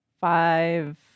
Five